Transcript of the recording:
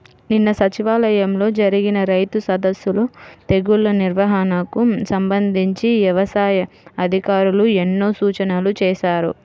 నిన్న సచివాలయంలో జరిగిన రైతు సదస్సులో తెగుల్ల నిర్వహణకు సంబంధించి యవసాయ అధికారులు ఎన్నో సూచనలు చేశారు